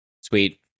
Sweet